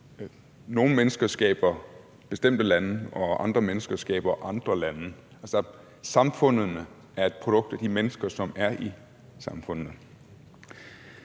nogle mennesker skaber bestemte lande, og andre mennesker skaber andre lande, altså, samfundene er et produkt af de mennesker, som er i samfundene.